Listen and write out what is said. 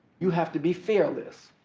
you have to be fearless,